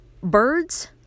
Bird's